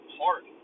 hard